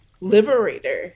liberator